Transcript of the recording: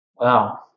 Wow